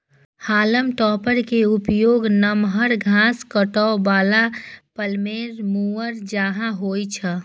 हाल्म topper के उपयोग नमहर घास काटै बला फ्लेम मूवर जकां होइ छै